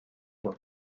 were